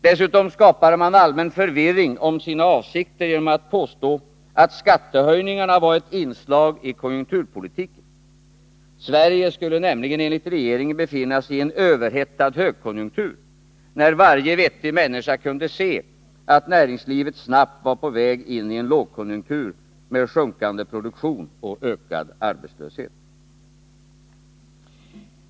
Dessutom skapade man allmän förvirring om sina avsikter genom att påstå att skattehöjningarna var ett inslag i konjunktur politiken. Sverige skulle nämligen enligt regeringen befinna sig i en överhettad högkonjunktur — när varje vettig människa kunde se att näringslivet snabbt var på väg in i en lågkonjunktur med sjunkande produktion och ökad arbetslöshet.